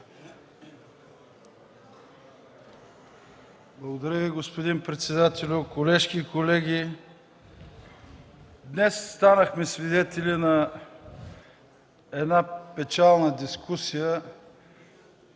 Благодаря, господин председател. Колежки и колеги, днес станахме свидетели на една печална дискусия,